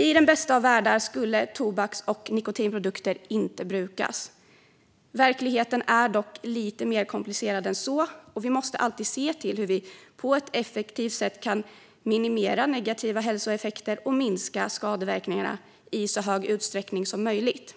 I den bästa av världar skulle tobaks och nikotinprodukter inte brukas. Verkligheten är dock lite mer komplicerad än så, och vi måste alltid se till hur vi på ett effektivt sätt kan minimera negativa hälsoeffekter och minska skadeverkningarna i så stor utsträckning som möjligt.